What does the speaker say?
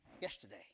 yesterday